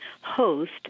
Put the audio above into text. host